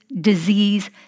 disease